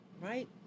Right